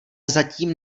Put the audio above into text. zatím